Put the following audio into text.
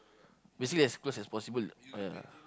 basically as close as possible oh ya